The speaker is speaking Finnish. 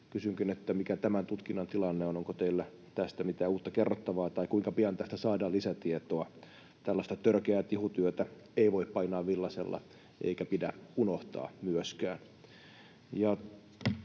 Kysynkin, mikä tämän tutkinnan tilanne on? Onko teillä tästä mitään uutta kerrottavaa tai kuinka pian tästä saadaan lisätietoa? Tällaista törkeää tihutyötä ei voi painaa villaisella eikä pidä unohtaa myöskään.